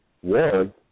one